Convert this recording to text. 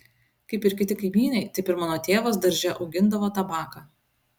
kaip ir kiti kaimynai taip ir mano tėvas darže augindavo tabaką